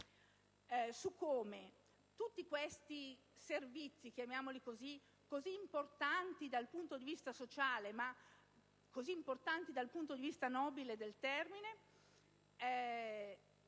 su come tutti questi servizi, così importanti dal punto di vista sociale - ma così importanti dal punto di vista nobile del termine